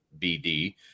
bd